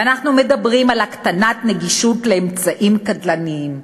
ואנחנו מדברים על צמצום נגישות לאמצעים קטלניים.